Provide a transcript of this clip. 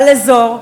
על אזור,